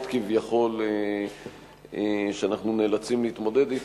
כביכול שאנחנו נאלצים להתמודד אתה.